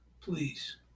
Please